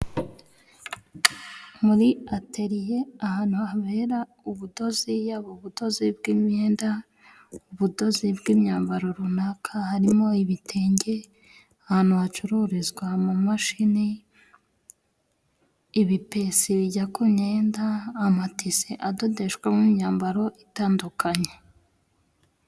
Muri ateriye ahantu habera ubudozi yaba ubudozi bw'imyenda, ubudozi bw'imyambaro runaka harimo ibitenge ahantu hacururizwa mu mashini ibipesi bijya ku myenda, amatise adodeshwamo imyambaro itandukanye.